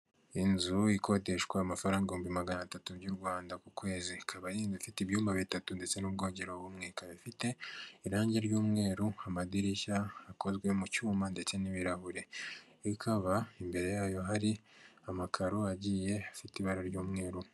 Inzu ikodeshwa amafaranga ibihumbi magana atatu by'u Rwanda ku kwezi. Ikaba ifite ibyumba bitatu ndetse n'ubwogeroro bumwe, ifite irangi ry'umweru, amadirishya akozwe mu cyuma ndetse n'ibirahure, ikaba imbere yayo hari amakaro agiye ifite ibara ry'umweru.